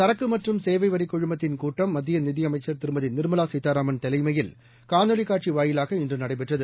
சரக்கு மற்றும் சேவை வரிக் குழுமத்தின் கூட்டம் மத்திய நிதி அமைச்சள் திருமதி நிா்மலா சீதாராமன் தலைமையில் காணொலி காட்சி வாயிலாக இன்று நடைபெற்றது